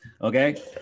Okay